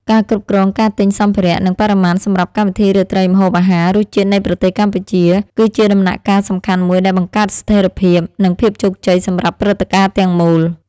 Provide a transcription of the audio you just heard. ការគ្រប់គ្រងការទិញសំភារៈ និងបរិមាណសម្រាប់កម្មវិធីរាត្រីម្ហូបអាហារ “រសជាតិនៃប្រទេសកម្ពុជា” គឺជាដំណាក់កាលសំខាន់មួយដែលបង្កើតស្ថេរភាព និងភាពជោគជ័យសម្រាប់ព្រឹត្តិការណ៍ទាំងមូល។